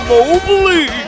Mobley